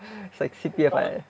is like C_P_F like that